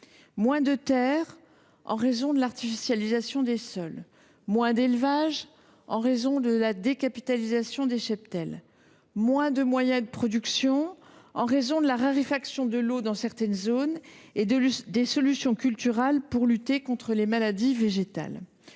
moins de terres, en raison de l’artificialisation des sols ; moins d’élevage, en raison de la décapitalisation des cheptels ; moins de moyens de production, en raison de la raréfaction de l’eau dans certaines zones et des solutions culturales pour lutter contre les maladies végétales.